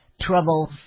troubles